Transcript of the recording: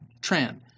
Tran